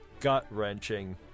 gut-wrenching